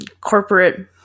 corporate